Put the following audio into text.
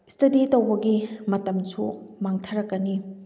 study ꯇꯧꯕꯒꯤ ꯃꯇꯝꯁꯨ ꯃꯥꯡꯊꯔꯛꯀꯅꯤ